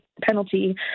penalty